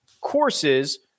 courses